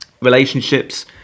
relationships